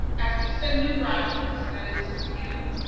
as we send new graduates, that is you,